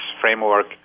framework